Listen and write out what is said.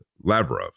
Lavrov